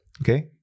Okay